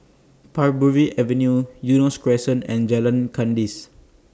Parbury Avenue Eunos Crescent and Jalan Kandis